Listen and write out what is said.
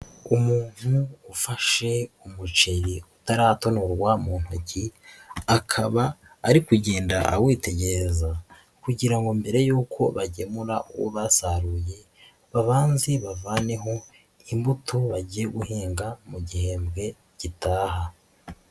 Umuntu ufashe umuceri utaratonorwa mu ntoki akaba ari kugenda awitegereza kugira ngo mbere yuko bagemura uwo basaruye babanze bavaneho imbuto bagiye guhinga mu gihembwe gitaha.